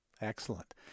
Excellent